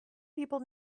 people